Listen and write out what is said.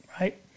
right